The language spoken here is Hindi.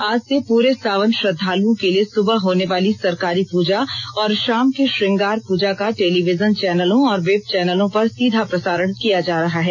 आज से पूरे सावन श्रद्धालुओं के लिए सुबह होने वाली सरकारी पूजा और शाम की श्रृंगार पूजा का टेलीविजन चैनलों और वेब चैनलों पर सीधा प्रसारण किया जा रहा है